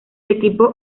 equipo